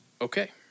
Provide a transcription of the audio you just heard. Okay